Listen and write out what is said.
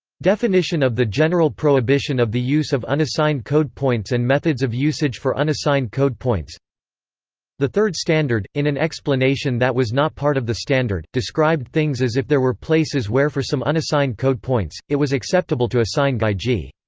definition of the general prohibition of the use of unassigned code points and methods of usage for unassigned code points the third standard, in an explanation that was not part of the standard, described things as if there were places where for some unassigned code points, it was acceptable to assign gaiji.